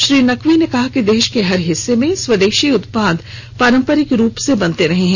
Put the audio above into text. श्री नकवी ने कहा कि देश के हर हिस्से में स्वदेशी उत्पाद पारम्परिक रूप से बनते रहे हैं